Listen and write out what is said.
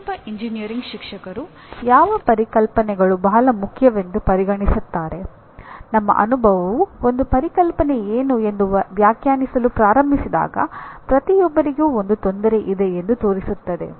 ಪ್ರತಿಯೊಬ್ಬ ಎಂಜಿನಿಯರಿಂಗ್ ಶಿಕ್ಷಕರು ಯಾವ ಪರಿಕಲ್ಪನೆಗಳು ಬಹಳ ಮುಖ್ಯವೆಂದು ಪರಿಗಣಿಸುತ್ತಾರೆ ನಮ್ಮ ಅನುಭವವು ಒಂದು ಪರಿಕಲ್ಪನೆ ಏನು ಎಂದು ವ್ಯಾಖ್ಯಾನಿಸಲು ಪ್ರಾರಂಭಿಸಿದಾಗ ಪ್ರತಿಯೊಬ್ಬರಿಗೂ ಒಂದು ತೊಂದರೆ ಇದೆ ಎಂದು ತೋರಿಸುತ್ತದೆ